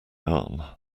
arm